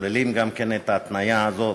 שכוללים גם כן את ההתניה הזאת,